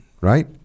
right